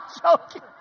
joking